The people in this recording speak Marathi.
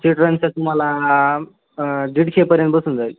चिल्ड्रनचं तुम्हाला दीडशेपर्यंत बसून जाईल